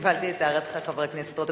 קיבלתי את הערתך, חבר הכנסת רותם.